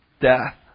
death